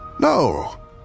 No